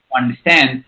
understand